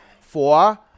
Four